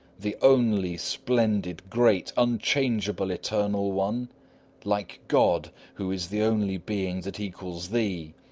the only, splendid, great, unchangeable, eternal one like god, who is the only being that equals thee!